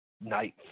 night